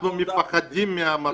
אנחנו מפחדים מהצב?